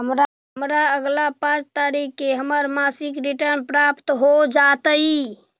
हमरा अगला पाँच तारीख के हमर मासिक रिटर्न प्राप्त हो जातइ